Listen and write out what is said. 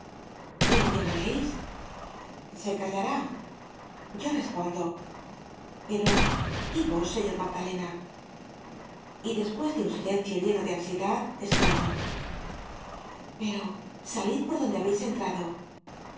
la llevareis se callará yo respondo pero y vos señor magdalena y despues de un silencio lleno de ansiedad esclamó pero salid por donde habeis entrado